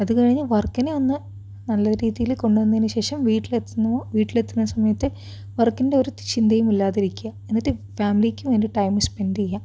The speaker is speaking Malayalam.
അതു കഴിഞ്ഞ് വർക്കിനെ ഒന്നു നല്ല രീതിയിൽ കൊണ്ടു വന്നതിനു ശേഷം വീട്ടിലെത്തുന്നു വീട്ടിലെത്തുന്ന സമയത്ത് വർക്കിൻ്റെ ഒരു ചിന്തയും ഇല്ലാതിരിക്കുക എന്നിട്ട് ഫ് ഫാമിലിക്കു വേണ്ടി ടൈം സ്പെൻഡ് ചെയ്യുക